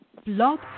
Blog